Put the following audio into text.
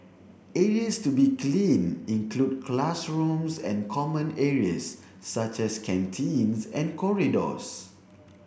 areas to be cleaned include classrooms and common areas such as canteens and corridors